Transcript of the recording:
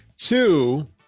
Two